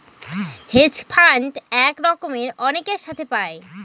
hedge fund এক রকমের অনেকের সাথে পায়